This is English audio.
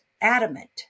adamant